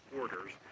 orders